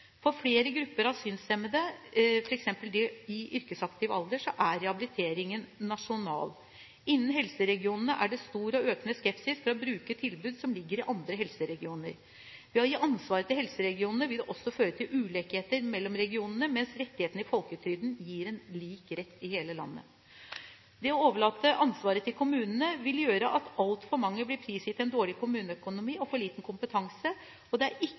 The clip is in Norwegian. For flere grupper av synshemmede, f.eks. de i yrkesaktiv alder, er rehabiliteringen nasjonal. Innen helseregionene er det stor og økende skepsis til å bruke et tilbud som ligger i andre helseregioner. Å gi ansvaret til helseregionene vil også føre til ulikheter mellom regionene, mens rettigheten i folketrygden gir en lik rett i hele landet. Å overlate ansvaret til kommunene vil gjøre at altfor mange blir prisgitt en dårlig kommuneøkonomi og for liten kompetanse. Det er derfor ikke